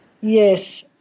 Yes